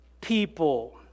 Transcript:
people